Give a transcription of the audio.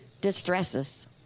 distresses